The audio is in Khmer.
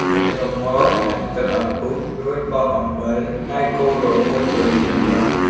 បន្ទាប់់មកដាំទឹកឱ្យពុះ រួចបង់អំបិល ហើយកូររហូតរលាយអំបិល ។